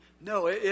No